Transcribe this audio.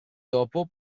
dopo